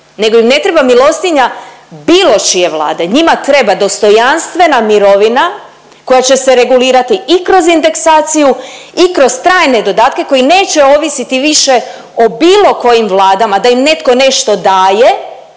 nego im ne treba milostinja bilo čije Vlade. Njima treba dostojanstvena mirovina koja će se regulirati i kroz indeksaciju i kroz trajne dodatke koji neće ovisiti više o bilo kojim vladama, da im netko nešto daje,